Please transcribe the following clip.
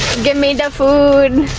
gimme the food.